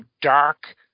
Dark